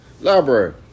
library